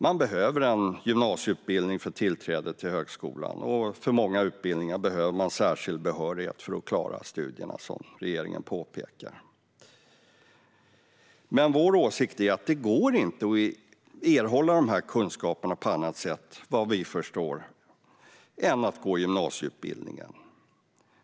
Man behöver en gymnasieutbildning för tillträde till högskolan. För många utbildningar behöver man särskild behörighet för att klara studierna, som regeringen påpekar. Vår åsikt är att det inte går att erhålla dessa kunskaper på annat sätt än genom att gå gymnasieutbildningen.